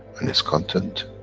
and its content,